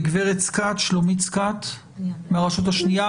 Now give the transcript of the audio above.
גברת שלומית סקאט מהרשות השנייה.